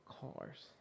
cars